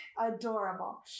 adorable